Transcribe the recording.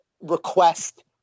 request